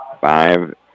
Five